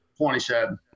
27